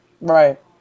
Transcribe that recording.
Right